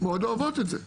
אוהבות את זה.